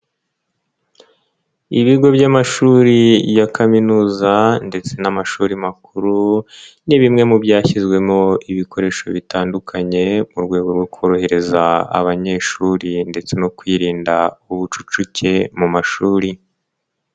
Ibigo by'amashuri ya kaminuza ndetse n'amashuri makuru ni bimwe mu byashyizwemo ibikoresho bitandukanye mu rwego rwo korohereza abanyeshuri ndetse no kwirinda ubucucike mu mashuri.